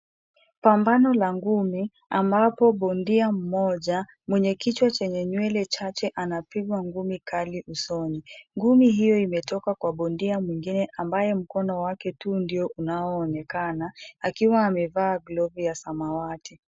Pambano la ngumi, ambapo bondia mmoja mwenye kichwa chenye nywele chache anapigwa ngumi kali usoni. Ngumi hiyo imetoka kwa bondia mwingine ambaye mkono wake tu ndio unaoonekana, akiwa amevaa glavu ya samawati.